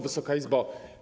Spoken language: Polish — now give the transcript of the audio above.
Wysoka Izbo!